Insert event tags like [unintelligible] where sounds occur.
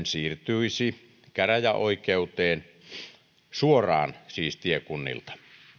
[unintelligible] siirtyisi käräjäoikeuteen suoraan tiekunnilta